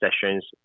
sessions